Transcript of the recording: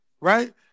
right